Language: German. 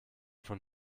von